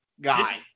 guy